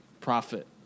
profit